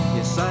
Yes